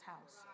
house